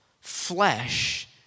flesh